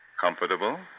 Comfortable